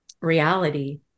reality